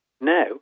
Now